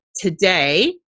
today